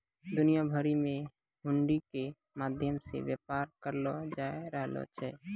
दुनिया भरि मे हुंडी के माध्यम से व्यापार करलो जाय रहलो छै